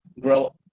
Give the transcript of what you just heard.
grow